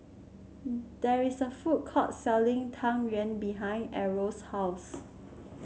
there is a food court selling Tang Yuen behind Errol's house